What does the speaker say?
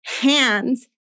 Hands